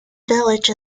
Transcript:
village